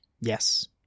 Yes